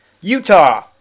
Utah